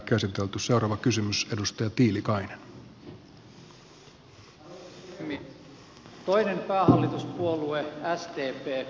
toinen päähallituspuolue sdp päätti viime viikolla ministerikierrätyksestä